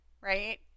right